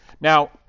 Now